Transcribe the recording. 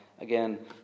again